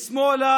משמאל,